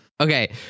Okay